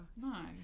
no